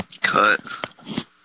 Cut